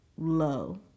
low